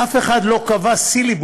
אף אחד לא קבע סילבוס,